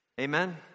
Amen